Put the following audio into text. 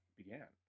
began